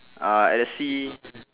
uh at the sea